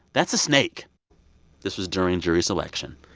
that's a snake this was during jury selection